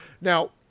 Now